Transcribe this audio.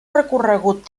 recorregut